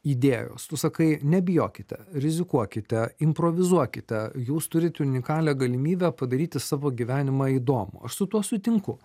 idėjos tu sakai nebijokite rizikuokite improvizuokite jūs turit unikalią galimybę padaryti savo gyvenimą įdomų aš su tuo sutinku